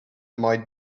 might